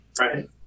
Right